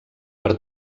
per